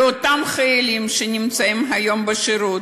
באותם חיילים שנמצאים היום בשירות,